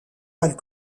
mal